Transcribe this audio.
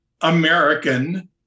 American